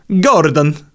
Gordon